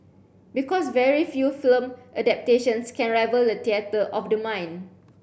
because very few film adaptations can rival the theatre of the mind